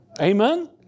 Amen